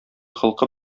холкы